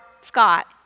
Scott